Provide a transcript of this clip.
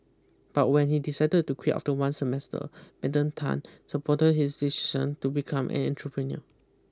but when he decided to quit after one semester Madam Tan supported his decision to become an entrepreneur